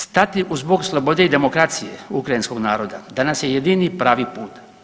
Stati uz bok slobodi i demokraciji ukrajinskog naroda danas je jedini pravi put.